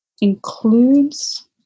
includes